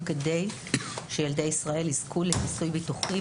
כדי שילדי ישראל יזכו לכיסוי ביטוחי,